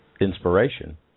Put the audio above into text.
inspiration